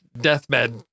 deathbed